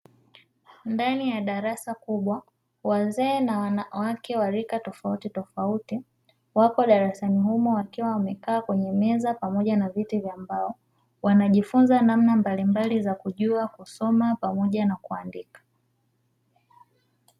Ndani ya darasa kubwa wazee na wanawake wa rika tofautitofauti, wako darasani humo wakiwa wamekaa kwenye meza pamoja na viti vya mbao. Wanajifunza namna mbalimbali za kujua kusoma pamoja na kuandika.